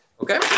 Okay